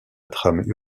trame